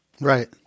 Right